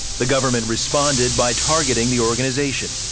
the government responded by targeting the organization.